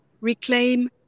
reclaim